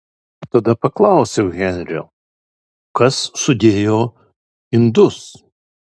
tada paklausiau henrio kas sudėjo indus